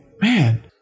man